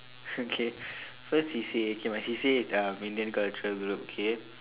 okay first C_C_A okay my C_C_A is uh Indian culture group K